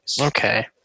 Okay